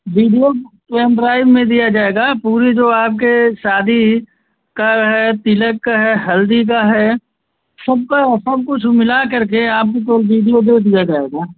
video pen drive में दिया जाएगा पूरी जो आपके शादी का है तिलक का है हल्दी का है सबका सब कुछ मिलाकर के आपको वीडियो दे दिया जाएगा